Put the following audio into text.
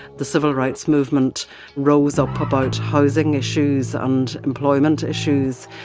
the civil rights movement rose up about housing issues and employment issues.